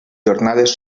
jornades